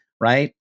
right